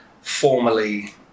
formally